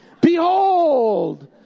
Behold